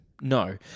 No